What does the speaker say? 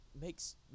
makes